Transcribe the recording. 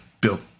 built